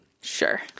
Sure